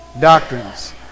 doctrines